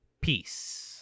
peace